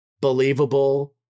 believable